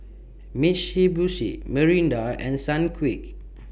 Mitsubishi Mirinda and Sunquick